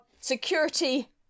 security